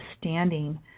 standing